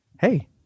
Hey